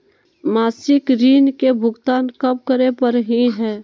मासिक ऋण के भुगतान कब करै परही हे?